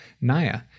Naya